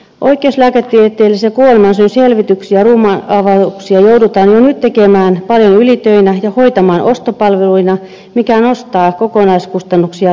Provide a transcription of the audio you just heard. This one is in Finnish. oikeuslääketieteellisiä kuolemansyyselvityksiä ja ruumiinavauksia joudutaan jo nyt tekemään paljon ylitöinä ja hoitamaan ostopalveluina mikä nostaa kokonaiskustannuksia tuntuvasti